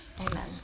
Amen